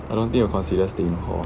I don't think you consider staying home